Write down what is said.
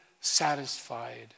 satisfied